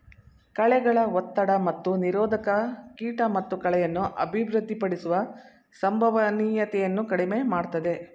ಕಳೆಗಳ ಒತ್ತಡ ಮತ್ತು ನಿರೋಧಕ ಕೀಟ ಮತ್ತು ಕಳೆಯನ್ನು ಅಭಿವೃದ್ಧಿಪಡಿಸುವ ಸಂಭವನೀಯತೆಯನ್ನು ಕಡಿಮೆ ಮಾಡ್ತದೆ